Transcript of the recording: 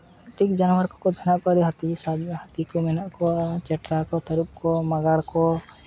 ᱠᱟᱹᱴᱤᱡ ᱡᱟᱱᱚᱣᱟᱨ ᱠᱚᱠᱚ ᱛᱟᱦᱮᱱᱟ ᱚᱠᱟᱨᱮ ᱦᱟᱹᱛᱤ ᱦᱟᱹᱛᱤ ᱠᱚ ᱢᱮᱱᱟᱜ ᱠᱚᱣᱟ ᱪᱮᱴᱨᱟ ᱠᱚ ᱛᱟᱹᱨᱩᱵ ᱠᱚ ᱢᱟᱲᱟᱜ ᱠᱚ